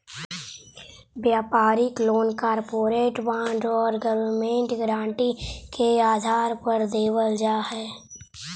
व्यापारिक loan corporate bond और government guarantee के आधार पर देवल जा हई